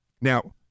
Now